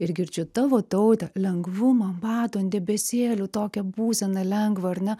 ir girdžiu tavo taute lengvumą batų an debesėlių tokią būseną lengvą ar ne